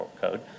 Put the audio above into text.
code